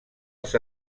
els